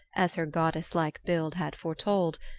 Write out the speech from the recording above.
as her goddesslike build had foretold,